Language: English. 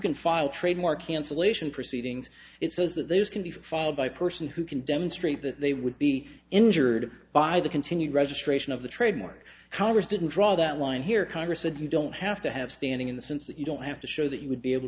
can file trademark cancellation proceedings it says that those can be filed by person who can demonstrate that they would be injured by the continued registration of the trademark congress didn't draw that line here congress and you don't have to have standing in the sense that you don't have to show that you would be able